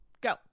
Go